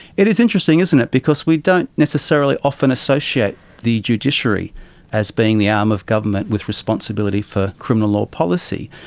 it is interesting, isn't it, because we don't necessarily often associate the judiciary as being the arm of government with responsibility for criminal law policy.